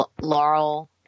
Laurel